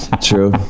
True